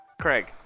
Craig